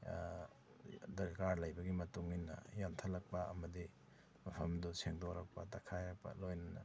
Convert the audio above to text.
ꯗꯔꯀꯥꯔ ꯂꯩꯕꯒꯤ ꯃꯇꯨꯡ ꯏꯟꯅ ꯌꯥꯟꯊꯠꯂꯛꯄ ꯑꯃꯗꯤ ꯃꯐꯝꯗꯨ ꯁꯦꯡꯇꯣꯔꯛꯄ ꯇꯛꯈꯥꯏꯔꯛꯄ ꯂꯣꯏꯅꯅ